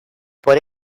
por